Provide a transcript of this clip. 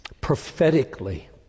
prophetically